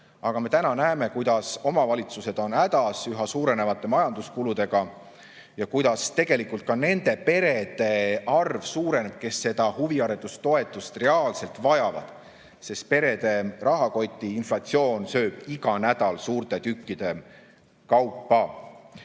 Aga täna me näeme, kuidas omavalitsused on hädas üha suurenevate majanduskuludega ja kuidas tegelikult ka nende perede arv on suurenenud, kes seda huviharidustoetust reaalselt vajavad, sest perede rahakotti sööb inflatsioon iga nädal suurte tükkide kaupa.